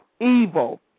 Evil